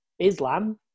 Islam